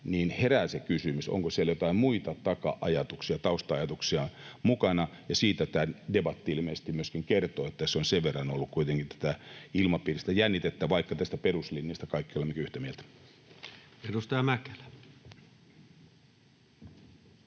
ja herää se kysymys, onko siellä joitain muita taka-ajatuksia, tausta-ajatuksia, mukana. Ja siitä tämä debatti ilmeisesti myöskin kertoo, että tässä on sen verran ollut kuitenkin ilmapiirissä tätä jännitettä, vaikka tästä peruslinjasta kaikki olemmekin yhtä mieltä. [Speech